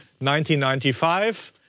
1995